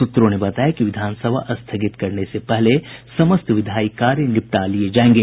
सूत्रों ने बताया कि विधानसभा स्थगित करने से पहले समस्त विधायी कार्य निपटा लिये जायेंगे